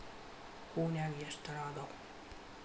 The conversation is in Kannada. ಹೂನ್ಯಾಗ ಎಷ್ಟ ತರಾ ಅದಾವ್?